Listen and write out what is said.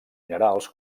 minerals